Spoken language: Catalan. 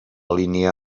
línia